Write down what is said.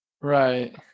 Right